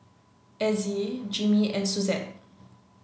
Azzie Jimmy and Suzette